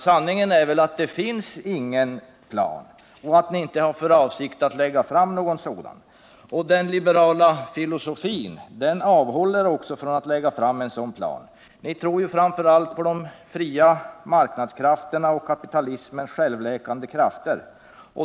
Sanningen är väl att det inte finns någon plan och att ni inte heller har för avsikt att lägga fram någon sådan. Den liberala filosofin avhåller er också från att lägga fram en sådan plan. Ni tror ju framför allt på de fria marknadskrafterna och kapitalismens självläkande krafter.